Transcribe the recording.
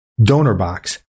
DonorBox